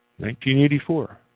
1984